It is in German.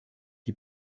die